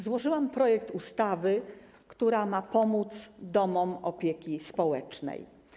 Złożyłam projekt ustawy, która ma pomóc domom opieki społecznej.